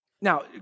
Now